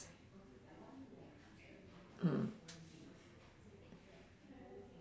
mm